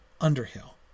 underhill